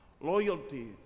loyalty